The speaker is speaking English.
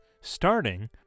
starting